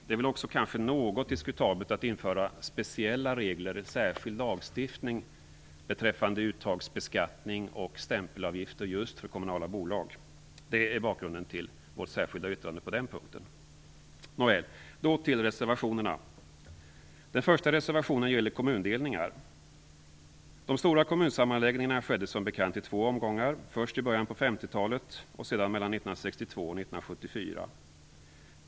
Det är också något diskutabelt att införa speciella regler och särskild lagstiftning beträffande uttagsbeskattning och stämpelavgifter just för kommunala bolag. Det är bakgrunden till vårt särskilda yttrande på den punkten. Så till reservationerna. Den första reservationen gäller kommundelningar. De stora kommunsammanläggningar skedde som bekant i två omgångar - först i början på 50-talet, och sedan mellan 1962 och 1974.